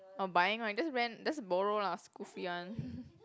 orh buying right just rent just borrow lah school free one